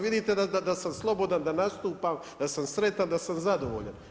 Vidite da sam slobodan, da nastupan, da sam sretan, da sam zadovoljan.